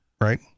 right